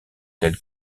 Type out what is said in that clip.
tels